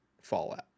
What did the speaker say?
fallout